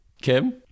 Kim